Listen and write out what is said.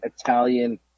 Italian